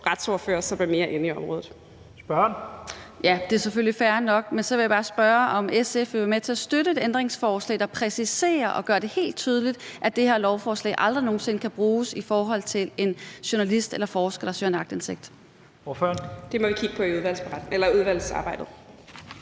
Spørgeren. Kl. 15:38 Theresa Scavenius (UFG): Det er selvfølgelig fair nok. Men så vil jeg bare spørge, om SF vil være med til at støtte et ændringsforslag, der præciserer og gør det helt tydeligt, at det her lovforslag aldrig nogen sinde kan bruges i forhold til en journalist eller en forsker, der søger aktindsigt. Kl. 15:38 Første næstformand